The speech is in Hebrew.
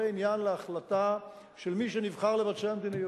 זה עניין להחלטה של מי שנבחר לבצע מדיניות.